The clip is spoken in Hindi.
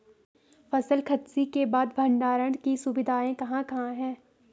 फसल कत्सी के बाद भंडारण की सुविधाएं कहाँ कहाँ हैं?